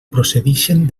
procedixen